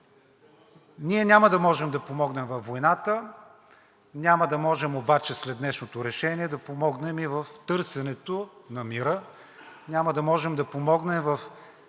Ние няма да можем да помогнем във войната, няма да можем обаче след днешното решение да помогнем и в търсенето на мира, няма да можем да помогнем и